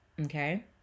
okay